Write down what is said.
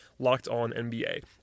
LOCKEDONNBA